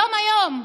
היום,